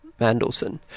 Mandelson